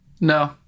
No